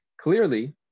clearly